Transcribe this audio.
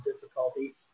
difficulty